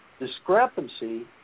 discrepancy